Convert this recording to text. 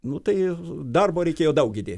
nu tai darbo reikėjo daug įdėti